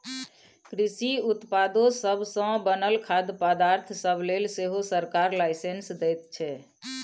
कृषि उत्पादो सब सँ बनल खाद्य पदार्थ सब लेल सेहो सरकार लाइसेंस दैत छै